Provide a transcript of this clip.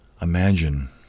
Imagine